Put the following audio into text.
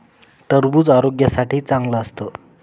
टरबूज आरोग्यासाठी चांगलं असतं